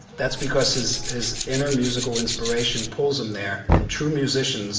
that's because his his inner musical inspiration pulls him there, and true musicians